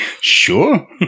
Sure